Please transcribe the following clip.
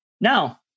Now